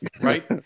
right